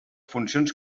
funcions